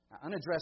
unaddressed